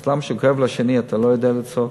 אז למה כשכואב לשני אתה לא יודע לצעוק?